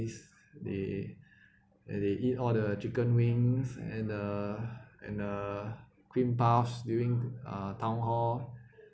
they they eat all the chicken wings and uh and uh cream puffs during uh town hall